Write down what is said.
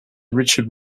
richard